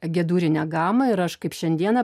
agedūrinę gamą ir aš kaip šiandieną